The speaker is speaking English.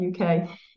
uk